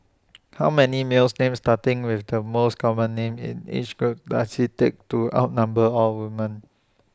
how many males names starting with the most common names in each group does IT take to outnumber all woman